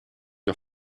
der